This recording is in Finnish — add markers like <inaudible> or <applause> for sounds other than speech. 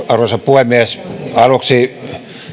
<unintelligible> arvoisa puhemies aluksi